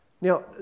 Now